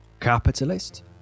capitalist